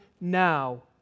now